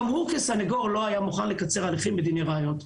גם הוא כסניגור לא היה מוכן לקצר הליכים בדיני ראיות,